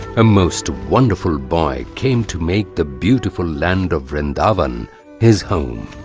a most wonderful boy, came to make the beautiful land of vrindavan his home.